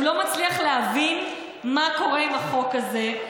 הוא לא מצליח להבין מה קורה עם החוק הזה.